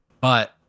But-